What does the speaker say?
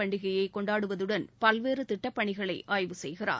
பண்டிகையை கொண்டாடுவதுடன் பல்வேறு திட்டப் பணிகளை ஆய்வு செய்கிறார்